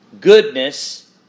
goodness